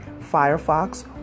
Firefox